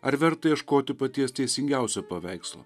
ar verta ieškoti paties teisingiausio paveikslo